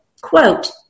Quote